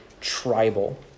tribal